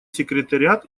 секретариат